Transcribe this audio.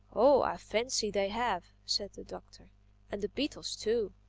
oh i fancy they have, said the doctor and the beetles too.